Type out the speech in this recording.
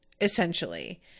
essentially